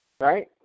right